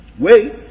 Wait